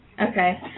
Okay